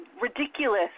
ridiculous